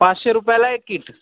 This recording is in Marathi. पाचशे रुपयाला एक कीट